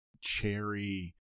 cherry